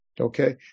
Okay